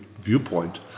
viewpoint